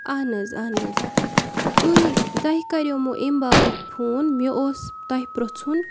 اہَن حظ اہَن حظ تُہۍ تۄہہِ کَریامو امہِ باپَتھ فون مےٚ اوس تۄہہِ پرٛژھُن